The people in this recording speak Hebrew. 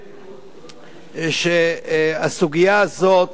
שהסוגיה הזאת שהעלו כאן,